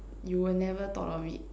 you will never thought of it